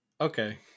Okay